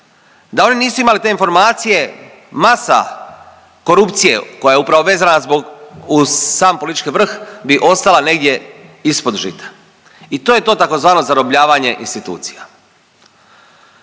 Da oni nisu imali te informacije masa korupcije koja je upravo vezana uz sam politički vrh bi ostala negdje ispod žita. I to je tzv. zarobljavanje institucija.